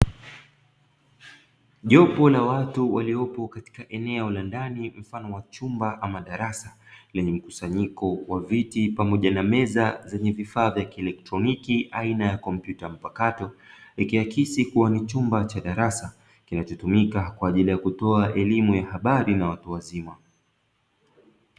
Jopo la watu waliopo katika eneo la ndani mfano wa chumba ama darasa lenye mkusanyiko wa viti pamoja na meza zenye vifaa vya kielekroniki aina ya kompyuta mpakato, ikiakisi kuwa ni chumba cha darasa kinachotumika kwa ajili ya kutoa elimu ya habari na watu wazima.